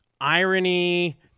irony